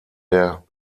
der